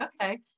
Okay